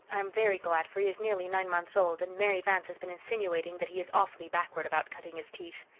i am very glad, for he is nearly nine months old and mary vance has been insinuating that he is awfully backward about cutting his teeth.